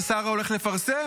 השר הולך לפרסם?